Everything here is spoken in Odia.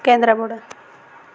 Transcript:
କେନ୍ଦ୍ରାପଡ଼ା